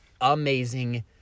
amazing